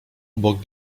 obok